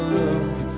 love